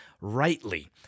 rightly